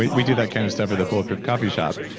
we we do that kind of stuff at the bulletproof coffee shop,